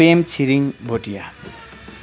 Pemchhiring Bhutia